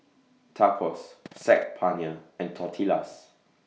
Tacos Saag Paneer and Tortillas